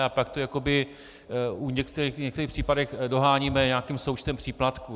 A pak to jakoby v některých případech doháníme nějakým součtem příplatků.